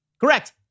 Correct